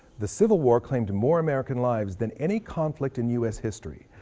the civil war claimed more american lives than any conflict in u s. history,